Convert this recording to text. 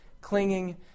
clinging